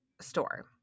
store